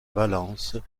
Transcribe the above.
valence